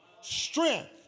strength